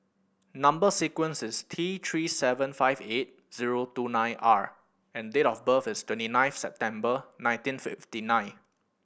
number sequence is T Three seven five eight zero two nine R and date of birth is twenty nine September nineteen fifty nine